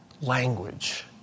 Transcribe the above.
language